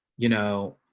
you know,